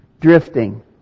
Drifting